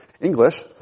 English